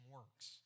works